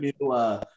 new –